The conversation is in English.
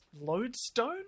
loadstone